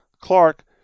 Clark